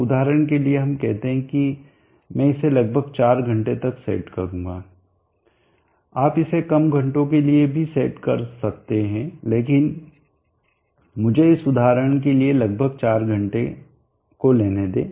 तो उदाहरण के लिए हम कहते हैं कि मैं इसे लगभग 4 घंटे तक सेट करूँगा आप इसे कम घंटों के लिए भी सेट कर सकते हैं लेकिन मुझे इस उदाहरण के लिए लगभग 4 घंटे को लेने दें